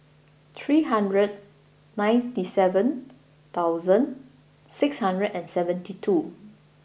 three hundred ninety seven thousand six hundred and seventy two